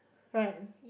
friend